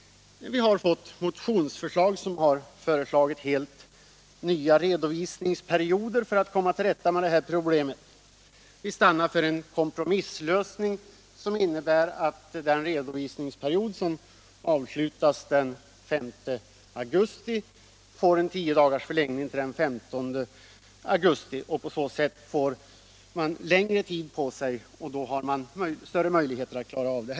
Vi har fått motionsförslag om helt nya redovisningsperioder för att komma till rätta med detta problem. Vi har stannat för en kompromisslösning som innebär att den redovisningsperiod som avslutas den 5 augusti förlängs tio dagar till den 15 augusti. På så sätt får de skattskyldiga längre tid på sig och således större möjligheter att klara av arbetet.